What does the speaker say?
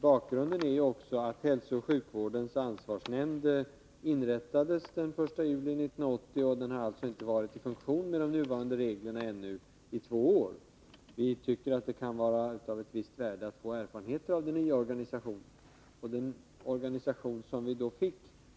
Bakgrunden i frågan är bl.a. att hälsooch sjukvårdens ansvarsnämnd inrättades den 1 juli 1980 och alltså inte har varit i funktion med nuvarande regler mer än i knappt två år. Vi tycker att det kan vara av visst värde att få erfarenheter av den nya organisationen.